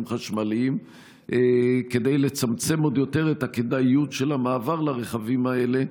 חשמליים כדי לצמצם עוד יותר את הכדאיות של המעבר לרכבים האלה,